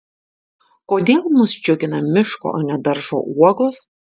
kodėl mus džiugina miško o ne daržo uogos